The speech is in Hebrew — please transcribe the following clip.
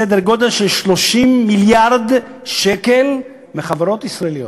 סדר גודל של 30 מיליארד שקל מחברות ישראליות,